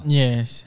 yes